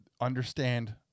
understand